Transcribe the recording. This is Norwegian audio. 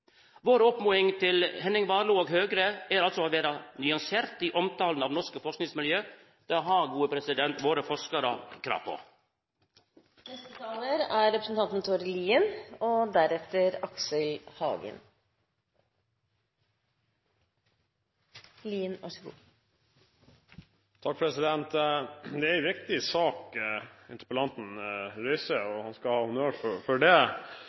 Vår oppmoding til Henning Warloe og Høgre er altså å vera nyanserte i omtalen av norske forskingsmiljø. Det har våre gode forskarar krav på. Det er en viktig sak interpellanten reiser, og han skal ha honnør for det.